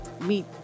Meet